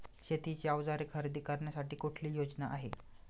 शेतीची अवजारे खरेदी करण्यासाठी कुठली योजना आहे?